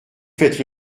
faites